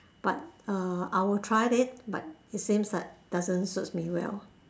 but uh I will try it but it seems like doesn't suits me well